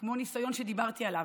כמו ניסיון, שדיברתי עליו.